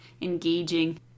engaging